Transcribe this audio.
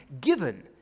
given